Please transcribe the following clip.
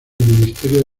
ministerio